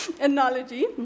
Analogy